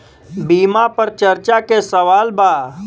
बीमा पर चर्चा के सवाल बा?